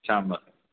شام بخیر